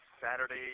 Saturday